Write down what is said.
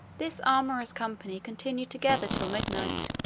this amorous company continued together till midnight,